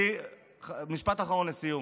משפט אחרון לסיום.